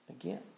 again